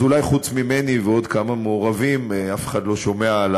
אז אולי חוץ ממני ועוד כמה מעורבים אף אחד לא שומע על